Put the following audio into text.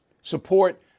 Support